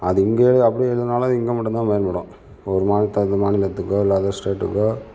அதும் இங்கே அப்படி இல்லைனாலும் இங்கே மட்டுந்தான் பயன்படும் ஒரு மாநிலத்துக்கும் இல்லை அதர் ஸ்டேட்டுக்கோ